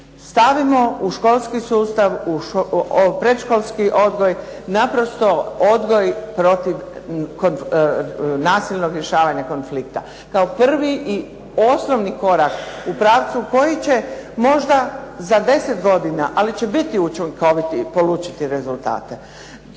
Stavimo u školski sustav, predškolski odgoj, naprosto odgoj protiv nasilnog rješavanja konflikta. Kao prvi i osnovni korak u pravcu kojeg će možda za deset godina, ali će biti učinkoviti polučiti rezultate.